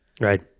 Right